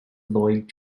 lloyd